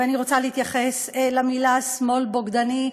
ואני רוצה להתייחס למילים "שמאל בוגדני".